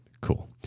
cool